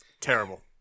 Terrible